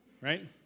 right